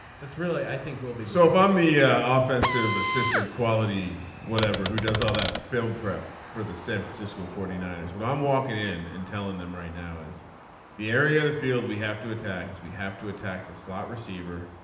that's really i think we'll be so off on the ah offensive assistant quality whatever who does all that film prep for the san francisco forty nine ers. when i'm walking in and telling them right now is the area of the field we have to attack. we have to attack the slot receiver